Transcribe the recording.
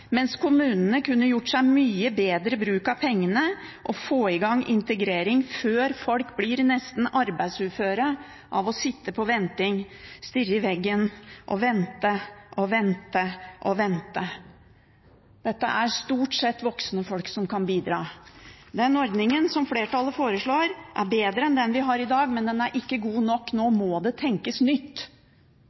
kommunene kunne gjort mye bedre bruk av pengene og fått i gang integrering før folk blir nesten arbeidsuføre av å sitte på vent – stirre i veggen og vente og vente og vente? Dette er stort sett voksne folk, som kan bidra. Den ordningen som flertallet foreslår, er bedre enn den vi har i dag, men den er ikke god nok. Nå må det tenkes nytt,